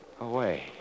Away